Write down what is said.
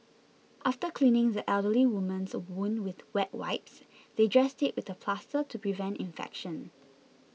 after cleaning the elderly woman's wound with wet wipes they dressed it with a plaster to prevent infection